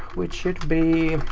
which should be,